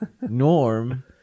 norm